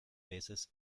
peces